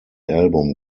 album